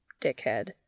dickhead